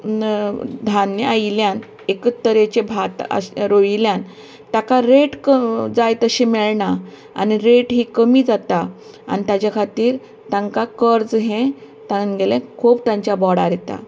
धान्य आयिल्ल्यान एकच तरचे भात आस रोयिल्ल्यान तांकां रेट क जाय तशी मेळना आनी रेट ही कमी जाता आनी ताच्या खातीर तांका कर्ज हे तांगेले खूब तांच्या बोडार येता